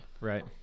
right